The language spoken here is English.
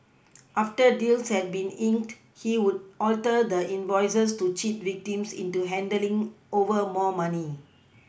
after deals had been inked he would alter the invoices to cheat victims into handling over more money